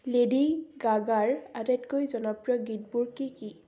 lady গাগাৰ আটাইতকৈ জনপ্ৰিয় গীতবোৰ কি কি